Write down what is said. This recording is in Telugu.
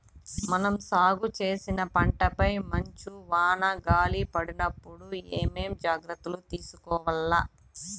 మనం సాగు చేసిన పంటపై మంచు, వాన, గాలి పడినప్పుడు ఏమేం జాగ్రత్తలు తీసుకోవల్ల?